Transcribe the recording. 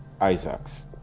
Isaacs